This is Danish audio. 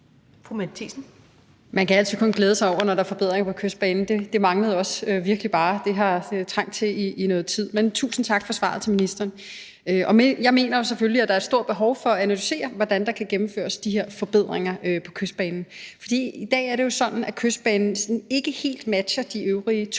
Man kan altid kun glæde sig over det, når der er forbedringer på Kystbanen, men det manglede også bare, at der kom forbedringer, for det har været tiltrængt i noget tid. Men tusind tak for svaret til ministeren. Jeg mener jo selvfølgelig, at der er et stort behov for at analysere, hvordan de her forbedringer kan gennemføres på Kystbanen. I dag er det jo sådan, at Kystbanen ikke helt matcher de øvrige togstrækninger